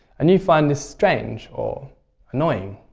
and you find this strange or annoying.